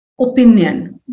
opinion